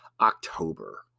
October